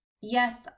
Yes